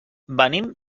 venim